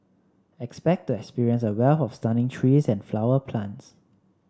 expect to experience a wealth of stunning trees and flower plants